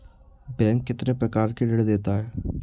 Bank कितने प्रकार के ऋण देता है?